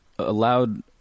allowed